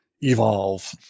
evolve